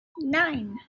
nine